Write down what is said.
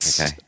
Okay